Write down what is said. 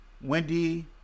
Wendy